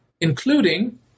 including